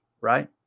right